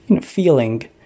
feeling